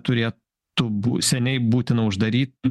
turėtų bū seniai būtina uždaryti